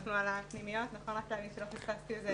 הפנימיות לא פספסתי את זה.